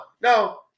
no